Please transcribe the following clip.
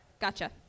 Gotcha